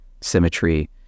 symmetry